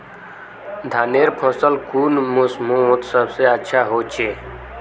धानेर फसल कुन मोसमोत सबसे अच्छा होचे?